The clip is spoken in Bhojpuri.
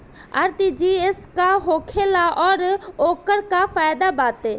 आर.टी.जी.एस का होखेला और ओकर का फाइदा बाटे?